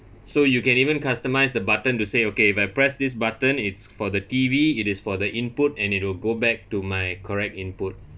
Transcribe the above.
so you can even customise the button to say okay if I press this button it's for the T_V it is for the input and it'll go back to my correct input